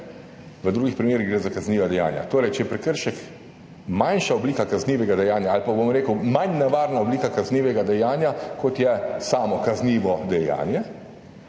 v drugih primerih gre za kazniva dejanja. Torej, če je prekršek manjša oblika kaznivega dejanja ali pa, bom rekel, manj nevarna oblika kaznivega dejanja kot je samo kaznivo dejanje,